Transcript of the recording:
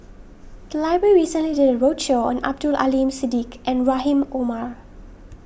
the library recently did a roadshow on Abdul Aleem Siddique and Rahim Omar